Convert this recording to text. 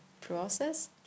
process